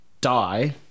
die